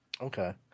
Okay